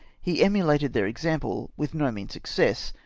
he emulated their example with no mean success,